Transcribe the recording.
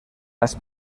las